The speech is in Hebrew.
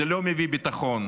זה לא מביא ביטחון,